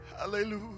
Hallelujah